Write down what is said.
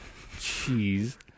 Jeez